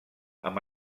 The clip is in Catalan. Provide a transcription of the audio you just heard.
amb